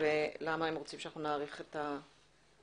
ולמה הם רוצים שנאריך את תוקפן.